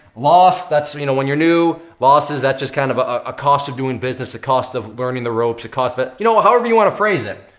loss, that's you know when you're new, losses, that's just kind of a cost of doing business, a cost of learning the ropes, a cost of, you know however you wanna phrase it.